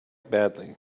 badly